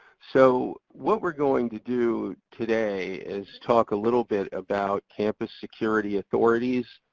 so, what we're going to do today is talk a little bit about campus security authorities.